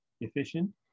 efficient